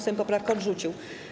Sejm poprawkę odrzucił.